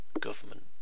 government